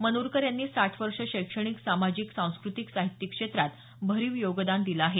मनूरकर यांनी साठ वर्ष शैक्षणिक सामाजिक सांस्कृतिक साहित्यिक क्षेत्रात भरीव योगदान दिलं आहे